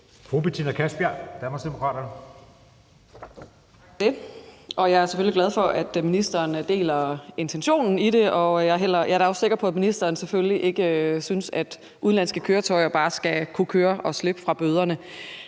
Betina Kastbjerg (DD): Tak for det. Jeg er selvfølgelig glad for, at ministeren deler intentionen i det, og jeg er da også sikker på, at ministeren selvfølgelig ikke synes, at udenlandske køretøjer bare skal kunne køre og slippe fra bøderne.